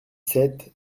sept